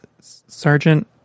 Sergeant